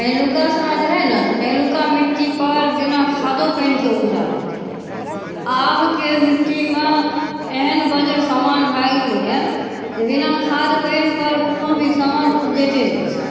पहिलुका समझबै ने तऽ पहिलुका मिट्टी पर बिना खादो पानिके उपजा होइ छलै आब के मिट्टीमे एहन बज्र समान भए गेलै हँ जे बिना खाद पानि पर कोनो भी समान उपजिते नहि छै